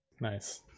Nice